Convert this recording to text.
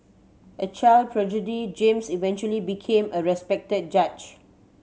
a child prodigy James eventually became a respected judge